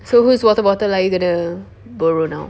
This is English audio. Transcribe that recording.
so who's water bottle are you going to borrow now